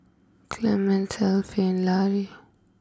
Clemence Elfie and Larry